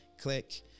Click